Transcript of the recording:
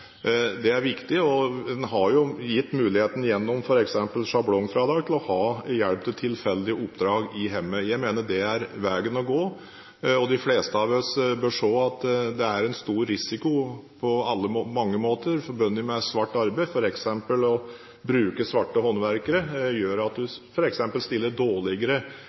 Det er viktig. Man er jo gitt muligheten gjennom f.eks. sjablongfradrag for å få utført tilfeldige oppdrag i hjemmet. Jeg mener det er veien å gå. De fleste av oss bør se at det på mange måter er en stor risiko forbundet med svart arbeid, f.eks gjør det å bruke håndverkere som du betaler svart, at du stiller dårligere